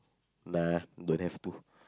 nah don't have to